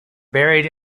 buried